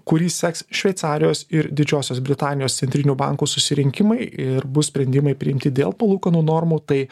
kurį seks šveicarijos ir didžiosios britanijos centrinių bankų susirinkimai ir bus sprendimai priimti dėl palūkanų normų tai